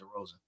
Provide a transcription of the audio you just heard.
DeRozan